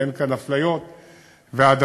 ואין כאן אפליות והעדפות,